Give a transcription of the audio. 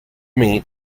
meat